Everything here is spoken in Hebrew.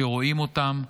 שרואים אותם,